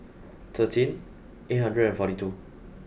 thirteen eight hundred and forty two